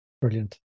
brilliant